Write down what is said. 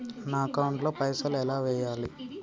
నా అకౌంట్ ల పైసల్ ఎలా వేయాలి?